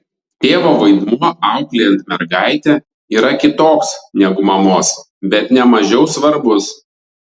tėvo vaidmuo auklėjant mergaitę yra kitoks negu mamos bet ne mažiau svarbus